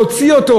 להוציא אותו,